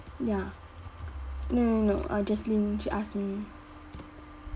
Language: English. ya no no no uh jaslyn she ask me